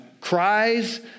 cries